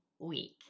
week